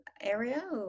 area